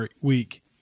week